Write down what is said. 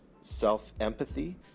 self-empathy